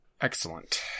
Excellent